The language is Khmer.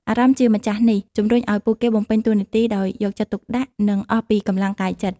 អារម្មណ៍ជាម្ចាស់នេះ ជំរុញឱ្យពួកគេបំពេញតួនាទីដោយយកចិត្តទុកដាក់ និងអស់ពីកម្លាំងកាយចិត្ត។